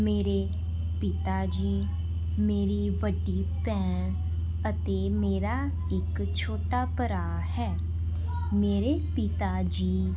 ਮੇਰੇ ਪਿਤਾ ਜੀ ਮੇਰੀ ਵੱਡੀ ਭੈਣ ਅਤੇ ਮੇਰਾ ਇੱਕ ਛੋਟਾ ਭਰਾ ਹੈ ਮੇਰੇ ਪਿਤਾ ਜੀ